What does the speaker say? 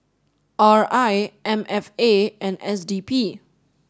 R I M F A and S D P